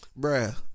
bruh